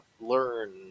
learn